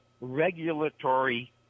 regulatory